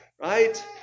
right